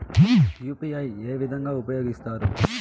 UPI ఏ విధంగా ఉపయోగిస్తారు?